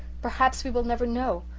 perhaps we will never know.